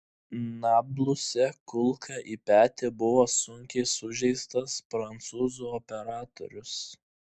nabluse kulka į petį buvo sunkiai sužeistas prancūzų operatorius